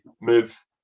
move